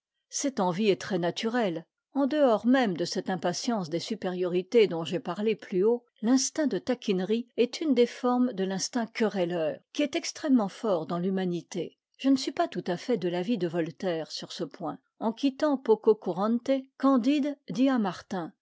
cette envie est très naturelle en dehors même de cette impatience des supériorités dont j'ai parlé plus haut l'instinct de taquinerie est une des formes de l'instinct querelleur qui est extrêmement fort dans l'humanité je ne suis pas tout à fait de l'avis de voltaire sur ce point en quittant pococurante candide